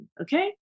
okay